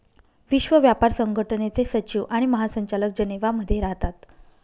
विश्व व्यापार संघटनेचे सचिव आणि महासंचालक जनेवा मध्ये राहतात